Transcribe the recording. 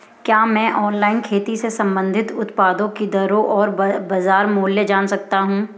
क्या मैं ऑनलाइन खेती से संबंधित उत्पादों की दरें और बाज़ार मूल्य जान सकता हूँ?